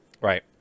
Right